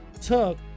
took